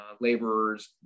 laborers